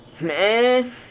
Man